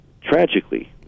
tragically